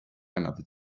another